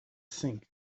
think